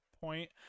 point